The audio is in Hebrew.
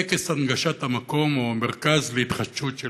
מטקס הנגשת המקום או המרכז והתחדשות של